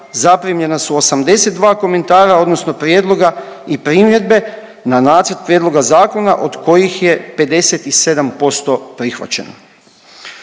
zaprimljena su 82 komentara odnosno prijedloga i primjedbe na nacrt prijedloga zakona, od kojih je 57% prihvaćeno.